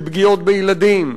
של פגיעות בילדים.